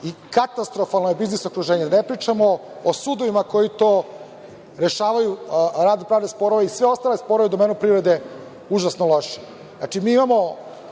i katastrofalno je biznis okruženje. Da ne pričamo o sudovima koji to rešavaju, radno-pravne sporove i sve ostale sporove u domenu privrede užasno loše. Znači, mi imamo